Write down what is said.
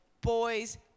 boys